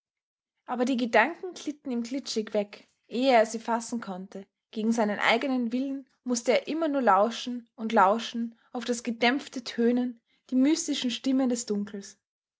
aber die gedanken glitten ihm glitschig weg ehe er sie fassen konnte gegen seinen eigenen willen mußte er immer nur lauschen und lauschen auf das gedämpfte tönen die mystischen stimmen des dunkels